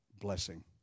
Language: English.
blessing